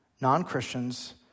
non-Christians